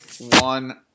one